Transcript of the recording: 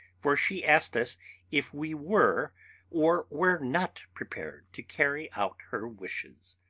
for she asked us if we were or were not prepared to carry out her wishes.